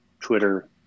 Twitter